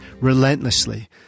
relentlessly